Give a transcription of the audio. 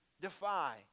defy